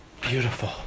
Beautiful